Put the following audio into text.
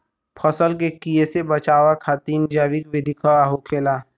फसल के कियेसे बचाव खातिन जैविक विधि का होखेला?